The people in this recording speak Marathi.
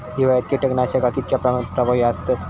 हिवाळ्यात कीटकनाशका कीतक्या प्रमाणात प्रभावी असतत?